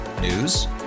News